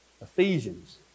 Ephesians